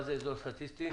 מה זה אזור סטטיסטי,